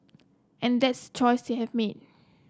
and that's choice they have made